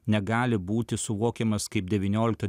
negali būti suvokiamas kaip devyniolikto